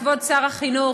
כבוד שר החינוך,